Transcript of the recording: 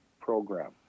program